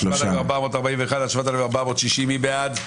5,061 עד 5,080, מי בעד?